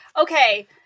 Okay